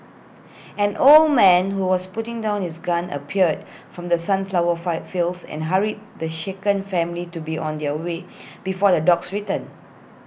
an old man who was putting down his gun appeared from the sunflower fire fields and hurried the shaken family to be on their way before the dogs return